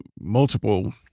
multiple